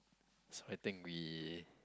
so I think we